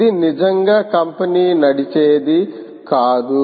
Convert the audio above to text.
ఇది నిజంగా కంపెనీ నడిచేది కాదు